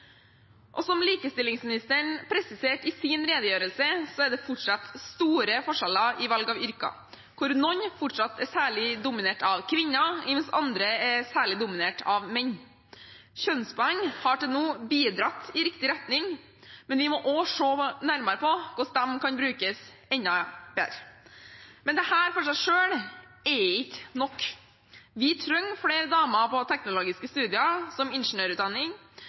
Som likestillingsministeren presiserte i sin redegjørelse, er det fortsatt store forskjeller i valg av yrke, hvor noen fortsatt er særlig dominert av kvinner, mens andre er særlig dominert av menn. Kjønnspoeng har til nå bidratt i riktig retning, men vi må også se nærmere på hvordan de kan brukes enda bedre. Men dette i seg selv er ikke nok. Vi trenger flere damer på teknologiske studier, som ingeniørutdanning,